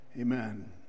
Amen